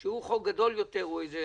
שהוא חוק גדול יותר, הוא איזה